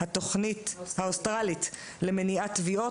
התוכנית האוסטרלית למניעת טביעות,